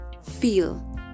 feel